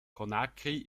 conakry